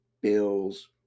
bills